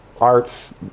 arts